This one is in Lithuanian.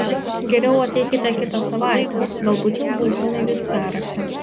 geriau ateikite kitą savaitę galbūt jau būsime jus perrašę